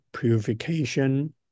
purification